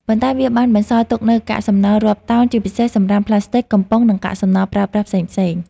ប៉ុន្តែវាបានបន្សល់ទុកនូវកាកសំណល់រាប់តោន ជាពិសេសសម្រាមផ្លាស្ទិក កំប៉ុង និងកាកសំណល់ប្រើប្រាស់ផ្សេងៗ។